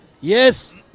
Yes